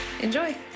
Enjoy